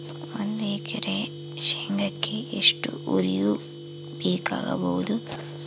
ಒಂದು ಎಕರೆ ಶೆಂಗಕ್ಕೆ ಎಷ್ಟು ಯೂರಿಯಾ ಬೇಕಾಗಬಹುದು?